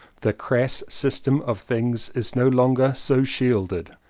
the crass sys tem of things is no longer so shielded.